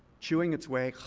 chewing its way